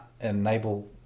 enable